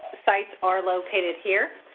sites are located here,